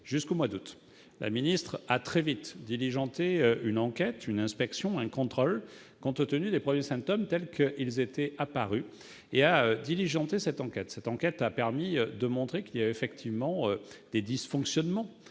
jusqu'au mois d'août dernier. La ministre a très vite diligenté une enquête, une inspection, un contrôle, compte tenu des premiers symptômes, tels qu'ils étaient apparus. Cette enquête a permis de montrer qu'il y avait effectivement des dysfonctionnements